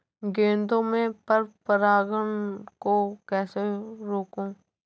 गेंदा में पर परागन को कैसे रोकुं?